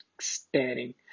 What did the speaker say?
staring